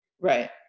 Right